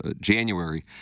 January